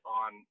on